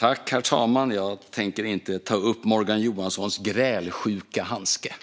Herr talman! Jag tänker inte ta upp Morgan Johanssons grälsjuka handske,